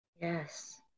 Yes